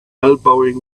elbowing